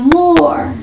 more